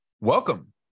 welcome